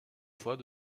fois